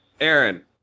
Aaron